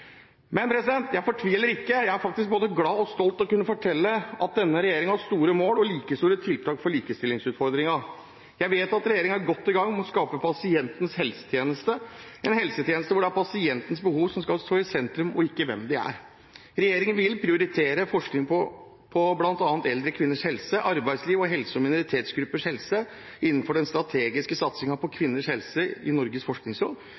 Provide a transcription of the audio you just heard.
Men jeg fortviler ikke. Jeg er faktisk både glad og stolt over å kunne fortelle at denne regjeringen har store mål og like store tiltak for likestillingsutfordringen. Jeg vet at regjeringen er godt i gang med å skape pasientens helsetjeneste, en helsetjeneste hvor det er pasientens behov som skal stå i sentrum, og ikke hvem de er. Regjeringen vil prioritere forskning på bl.a. eldre kvinners helse, arbeidsliv og helse og på minoritetsgruppers helse innenfor den strategiske satsingen på kvinners helse, i regi av Norges